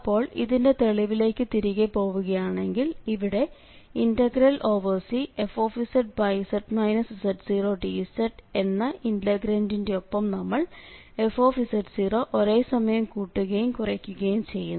അപ്പോൾ ഇതിന്റെ തെളിവിലേക്ക് തിരികെ പോവുകയാണെങ്കിൽ ഇവിടെ Cfz z0dz എന്ന ഇന്റഗ്രന്റിന്റെ ഒപ്പം നമ്മൾf ഒരേ സമയം കൂട്ടുകയും കുറയ്ക്കുകയും ചെയ്യുന്നു